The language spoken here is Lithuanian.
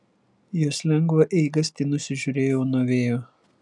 jos lengvą eigastį nusižiūrėjau nuo vėjo